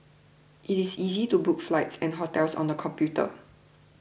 it is easy to book flights and hotels on the computer